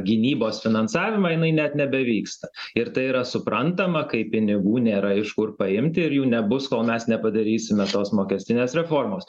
gynybos finansavimą jinai net nebevyksta ir tai yra suprantama kai pinigų nėra iš kur paimti ir jų nebus kol mes nepadarysime tos mokestinės reformos